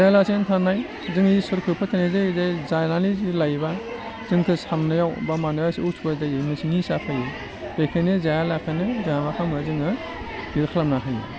जायालासेनो थानाय जोङो इसोरखौ फोथायनाय जायो जे जानानै जों लायोबा जोंखौ सान्नायाव बा माने एसे उसुबिदा जायो मोनसे निसा फैयो बेखायनो जायालासेनो जोंहा मा खालामो जोङो बिदि खालामना होयो